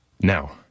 Now